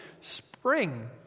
spring